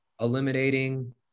eliminating